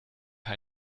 hij